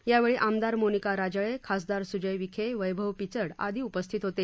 यावेळी आमदार मोनिका राजळे खासदार सुजय विखे वैभव पिचड आदी उपस्थित होते